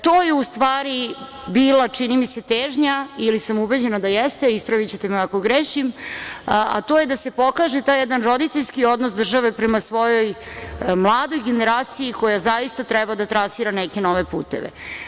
To je u stvari i bila, čini mi se, težnja, ili sam ubeđena da jeste, ispravićete me ako grešim, a to je da se pokaže taj jedan roditeljski odnos države prema svojoj mladoj generaciji koja zaista treba da trasira neke nove puteve.